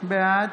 בעד